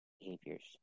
behaviors